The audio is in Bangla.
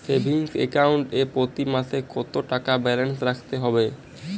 সেভিংস অ্যাকাউন্ট এ প্রতি মাসে কতো টাকা ব্যালান্স রাখতে হবে?